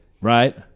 Right